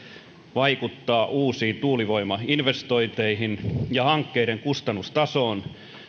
vaikuttaa uusiin tuulivoimainvestointeihin ja hankkeiden kustannustasoon